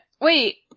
Wait